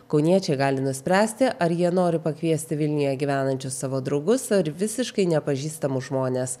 kauniečiai gali nuspręsti ar jie nori pakviesti vilniuje gyvenančius savo draugus ar visiškai nepažįstamus žmones